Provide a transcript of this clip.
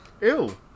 Ew